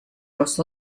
los